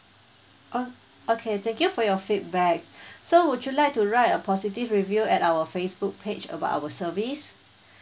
uh okay thank you for your feedback so would you like to write a positive review at our facebook page about our service